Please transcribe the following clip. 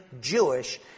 Jewish